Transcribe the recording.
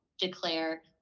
declare